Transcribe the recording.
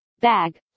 bag